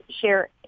share